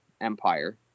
Empire